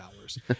hours